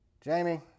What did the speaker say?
Jamie